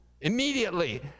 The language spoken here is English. immediately